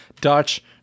Dutch